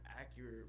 accurate